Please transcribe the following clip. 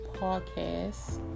Podcast